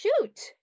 shoot